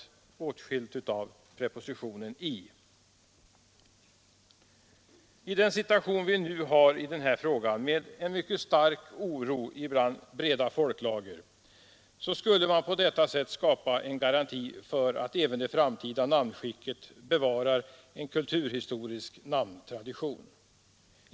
De båda namnen skall vara åtskilda av prepositionen i. I dagens situation, med en mycket stark oro hos breda folklager, skulle på detta sätt skapas en garanti för att även i det framtida namnskicket bevaras en kulturhistorisk namntradition.